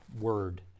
word